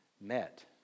met